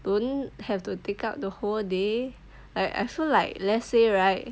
don't have to take up the whole day I I feel like let's say right